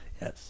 Yes